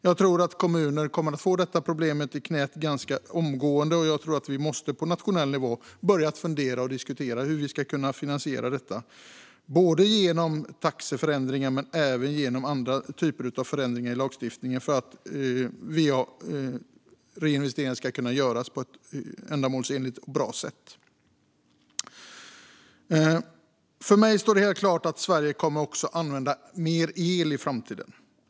Jag tror att kommuner kommer att få detta problem i knät ganska omgående, och jag tror att vi på nationell nivå måste börja fundera på och diskutera hur vi ska kunna finansiera detta, både genom taxeändringar och genom andra ändringar i lagstiftningen för att va-reinvesteringar ska kunna göras på ett ändamålsenligt och bra sätt. För mig står det helt klart att Sverige kommer att använda mer el i framtiden.